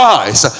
eyes